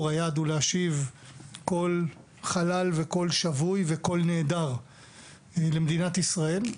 והוא להשיב כול חלל וכול שבוי וכול נעדר למדינת ישראל.